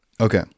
Okay